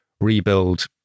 rebuild